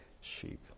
sheep